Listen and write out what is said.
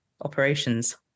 operations